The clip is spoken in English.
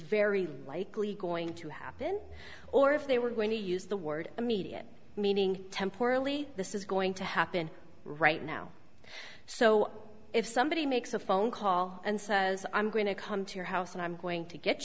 very likely going to happen or if they were going to use the word immediate meaning temporarily this is going to happen right now so if somebody makes a phone call and says i'm going to come to your house and i'm going to get